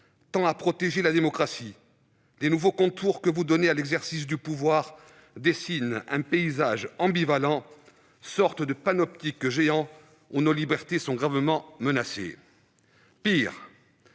était de protéger la démocratie, les nouveaux contours de l'exercice du pouvoir dessinent un paysage ambivalent, sorte de panoptique géant, où nos libertés sont gravement menacées. Pis,